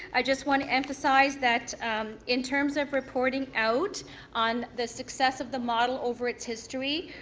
i just want to emphasize that in terms of reporting out on the success of the model over its history,